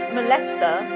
Molester